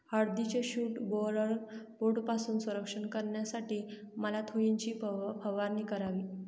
हळदीचे shoot borer बोर्डपासून संरक्षण करण्यासाठी मॅलाथोईनची फवारणी करावी